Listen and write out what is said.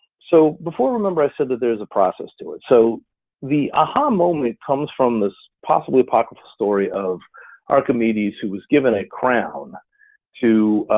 so before remember, i said that there's a process to it. so the aha moment comes from this possibly apocryphal story of archimedes who was given a crown to